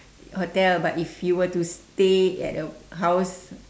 hotel but if you were to stay at a house